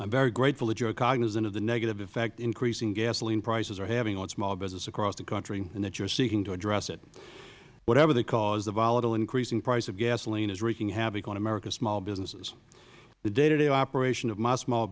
am very grateful that you are cognizant of the negative effect increasing gasoline prices are having on small business across the country and that you are seeking to address it whatever the cause the volatile increase in price of gasoline is wreaking havoc on america's small businesses the day to day operation of my small